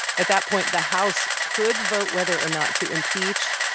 at that point, the house could vote whether or not to impeach.